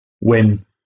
win